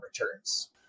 returns